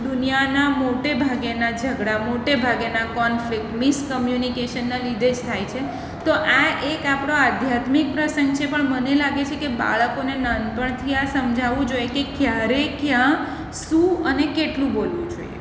દુનિયાના મોટેભાગેના ઝગડા મોટેભાગેના કોન્ફ્લિક્ટ મિસકમ્યૂનિકેશનના લીધે જ થાય છે તો આ એક આપણો આજનો આધ્યાત્મિક પ્રસંગ છે પણ મને લાગે છે કે બાળકોને નાનપણથી આ સમજાવું જોઈએ કે ક્યારે ક્યાં શું અને કેટલું બોલવું જોઈએ